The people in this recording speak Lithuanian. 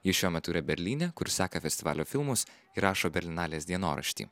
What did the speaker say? jis šiuo metu yra berlyne kur seka festivalio filmus ir rašo berlinalės dienoraštį